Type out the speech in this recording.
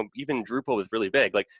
and even drupal was really big, like,